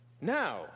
Now